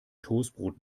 toastbrot